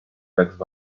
tzw